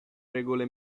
regole